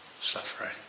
suffering